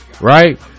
Right